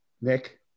Nick